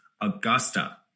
Augusta